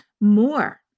more